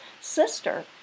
sister